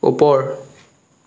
ওপৰ